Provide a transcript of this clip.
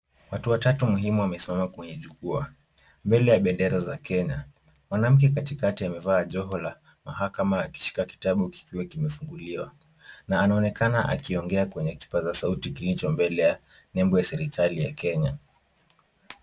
Watu watatu muhimu wamesimama kwenye jukwaa, mbele ya bendera za Kenya. Mwanamke katikati amevaa joho la mahakama akishika kitabu kikiwa kimefunguliwa na anaonekana akiongea kwenye kipaza sauti kilicho mbele ya nembo ya serikali ya Kenya.